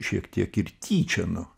šiek tiek ir tyčia nu